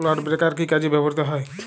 Clod breaker কি কাজে ব্যবহৃত হয়?